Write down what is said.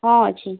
ହଁ ଅଛି